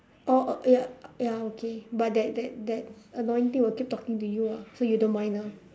or a ya ya okay but that that that annoying thing will keep talking to you ah so you don't mind ah